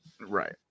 Right